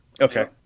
Okay